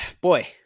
Boy